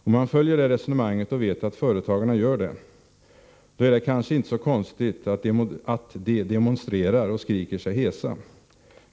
Om man följer det resonemanget och vet att företagarna gör det, då är det kanske inte så konstigt att de demonstrerar och skriker sig hesa.